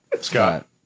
Scott